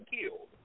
killed